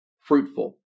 fruitful